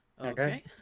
Okay